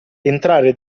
entrare